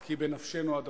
כי בנפשנו הדבר.